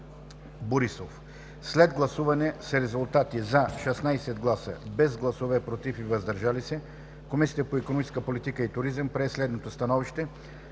Борисов. След гласуване с резултати: „за” 16 гласа, без „против” и „въздържали се”, Комисията по икономическа политика и туризъм прие следното становище: